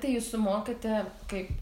tai jūs sumokate kaip